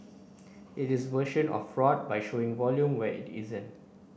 it is a version of fraud by showing volume where it isn't